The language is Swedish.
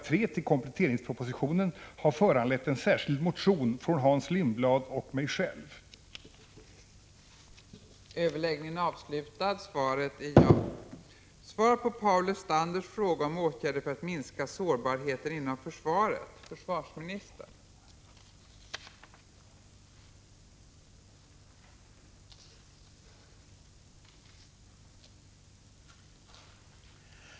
3 till kompletteringspropositionen har föranlett en särskild motion från Hans Lindblad och mig rörande åtgärder mot översvämningar.